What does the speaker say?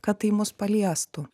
kad tai mus paliestų